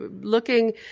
looking